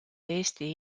eesti